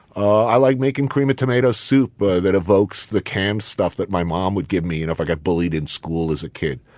i like making cream of tomato soup ah that evokes the canned stuff that my mom would give me you know if i got bullied in school as a kid.